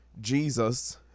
Jesus